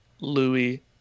Louis